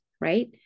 right